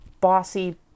bossy